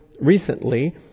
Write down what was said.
recently